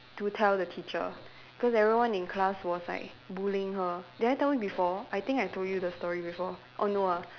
to tell the teacher cause everyone in class was like bullying her did I tell you before I think I told you the story before oh no ah